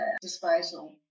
disposal